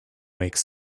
makes